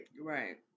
Right